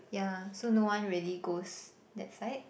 ya so no one really goes that side